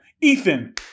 ethan